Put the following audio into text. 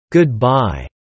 Goodbye